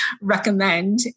recommend